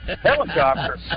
Helicopter